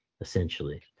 essentially